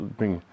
BRING